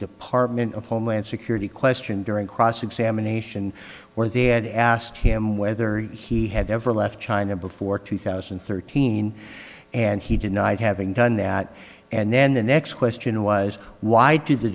department of homeland security question during cross examination where they had asked him whether he had ever left china before two thousand and thirteen and he denied having done that and then the next question was why did the